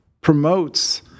promotes